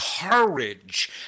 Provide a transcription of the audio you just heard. courage